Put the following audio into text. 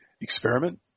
experiment